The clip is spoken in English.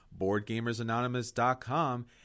BoardGamersAnonymous.com